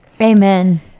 Amen